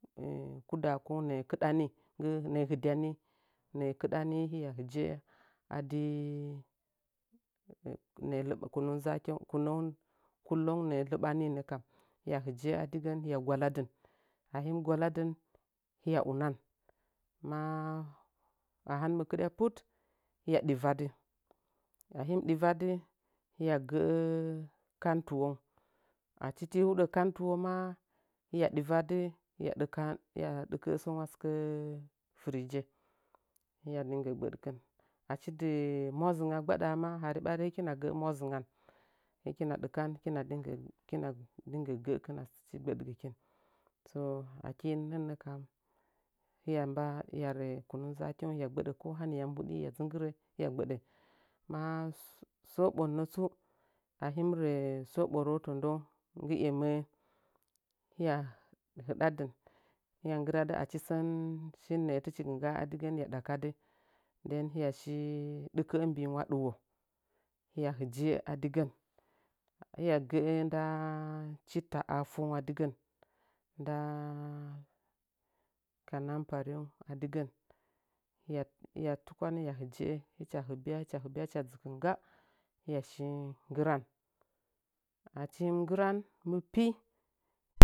kuda nə’ə kɨdani nggi nə’ə hɨdyani nə’ə lɨɓa kunu zaakeing kunəung-kulaung nə’ə lɨɓanii nəkan hiya hɨjə’ə adig ən nəkam hiya gwaladan ahim gwaladin hiya unan maa ahan mɨ kɨɗyan put hiya dɨvadɨ ahim ɗivadɨ hiya gə’ə kantuwam achi tii huɗə kantuwo maa hiya livadɨ ka hiya dɨkə’ə səngu a firija hiya ringgə gbə ɗkɨn achi di mwa zingga gbaɗaa maa, hari ɓari hɨkina gə’ə mwazɨngngan hɨkina ɗikan hɨkina dɨnggə-htkina dɨ nggə gə’əkin achi gbəɗgɨkɨn so akii mənnəkam hiya mba a hiya rə kunun zaakeu hiya gbədə ka haniyami hudi hiya dzi nggɨrə hiya gɓədə maa səɓon nətsu enaəə hiya hɨdadɨn hiya nggiradi achi sən shiye nə’ə tɨchi gi ngga a adigən hiya da kadɨ den hiya shi dɨkə’ə mbi’iu ngwa ɗɨwo hiya hɨgə’ə adigən hiya gə’ə ndaa di ta afongwa aɗigən ndaa kanan pareungwa digən hiya hiya tukwan hiya hɨja’a hɨcha hɨbya hɨcha hɨbya, hɨcha dəɨkə ngga hiyashi nggɨran, achi hum nggiran mɨ pii